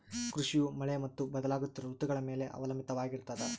ಕೃಷಿಯು ಮಳೆ ಮತ್ತು ಬದಲಾಗುತ್ತಿರೋ ಋತುಗಳ ಮ್ಯಾಲೆ ಅವಲಂಬಿತವಾಗಿರ್ತದ